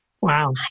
Wow